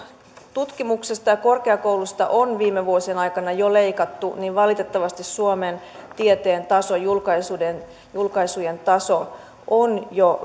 tutkimuksesta ja ja korkeakoulusta on viime vuosien aikana jo leikattu niin valitettavasti suomen tieteen taso julkaisujen julkaisujen taso on jo